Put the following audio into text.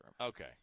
Okay